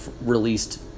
released